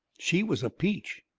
she was a peach.